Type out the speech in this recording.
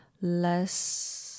less